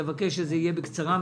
אבקש שזה יהיה בקצרה.